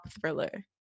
Thriller